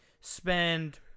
spend